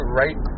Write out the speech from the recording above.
right